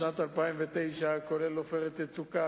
לשנות חוק-יסוד באבחת חרב,